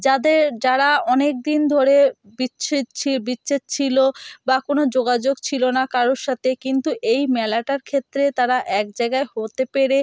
যাদের যারা অনেক দিন ধরে বিচ্ছেদ ছিল বিচ্ছেদ ছিলো বা কোনো যোগাযোগ ছিলো না কারোর সাথে কিন্তু এই মেলাটার ক্ষেত্রে তারা এক জায়গায় হতে পেরে